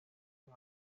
los